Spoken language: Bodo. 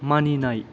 मानिनाय